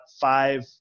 five